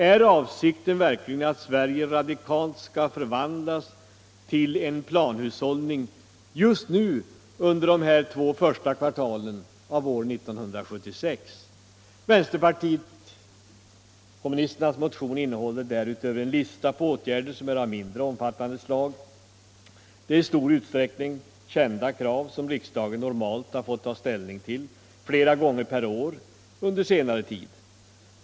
Är avsikten verkligen att det ekonomiska systemet i Sverige radikalt skall förvandlas till en planhushållning just nu under de två första kvartalen av år 1976? Vänsterpartiet kommunisternas motion innehåller därutöver en lista på åtgärder som är av mindre omfattande slag. Det är i stor utsträckning kända krav, som riksdagen normalt har fått ta ställning till flera gånger per år under senare tid.